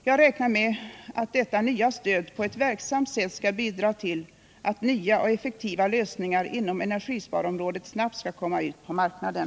Jag räknar med att detta nya stöd på ett verksamt sätt skall bidra till att nya och effektiva lösningar inom energisparområdet snabbt skall komma ut på marknaden.